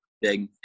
big